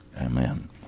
Amen